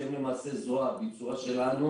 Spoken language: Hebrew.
שהן למעשה זרוע הביצוע שלנו,